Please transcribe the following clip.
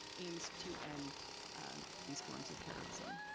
aims to end these forms of terrorism.